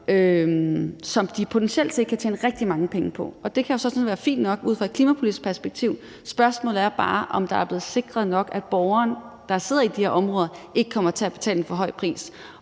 som de potentielt set kan tjene rigtig mange penge på. Og det kan jo sådan set være fint nok ud fra et klimapolitisk perspektiv, men spørgsmålet er bare, om det er blevet sikret nok, at borgerne, der bor i de her områder, ikke kommer til at betale en for høj pris.